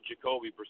Jacoby